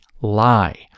lie